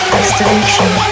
Destination